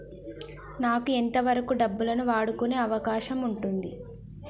నాకు ఎంత వరకు డబ్బులను వాడుకునే అవకాశం ఉంటది?